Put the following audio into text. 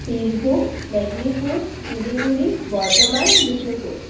Birbhum Medinipur Siliguri Bardhaman Bishnupur